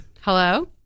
Hello